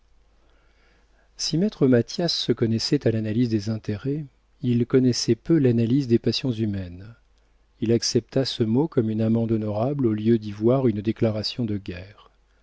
si maître mathias se connaissait à l'analyse des intérêts il connaissait peu l'analyse des passions humaines il accepta ce mot comme une amende honorable au lieu d'y voir une déclaration de guerre